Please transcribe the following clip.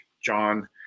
John